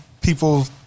people